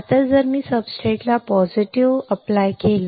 आता जर मी सबस्ट्रेट ला सकारात्मक लागू केला